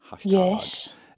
Yes